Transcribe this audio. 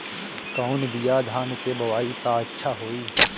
कौन बिया धान के बोआई त अच्छा होई?